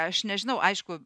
aš nežinau aišku